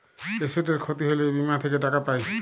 এসেটের খ্যতি হ্যলে বীমা থ্যাকে টাকা পাই